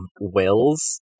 wills